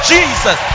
Jesus